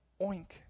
oink